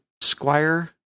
Squire